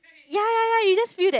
ya ya ya you just feel that